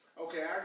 okay